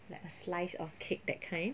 like slice of cake that kind